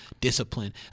discipline